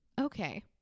okay